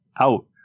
out